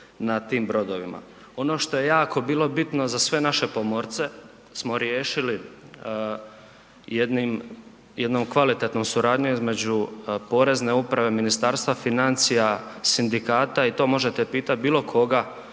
na tim brodovima. Ono što je jako bilo bitno za sve naše pomorce smo riješili jednom kvalitetnom suradnjom između Porezne uprave, Ministarstva financija, sindikata i to možete pitat bilo koga